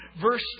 verse